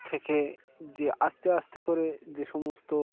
থেকে যে আস্তে আস্তে করে যে সমস্ত